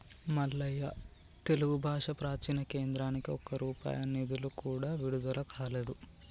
మల్లయ్య తెలుగు భాష ప్రాచీన కేంద్రానికి ఒక్క రూపాయి నిధులు కూడా విడుదల కాలేదు